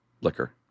liquor